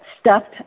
stuffed